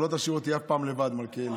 אתה לא תשאיר אותי אף פעם לבד, מלכיאלי.